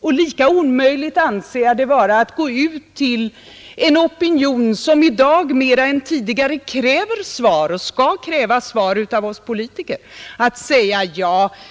Och lika omöjligt anser jag det vara att gå ut till en opinion som i dag mer än tidigare kräver svar och skall kräva svar av oss politiker, och säga: